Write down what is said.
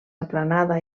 aplanada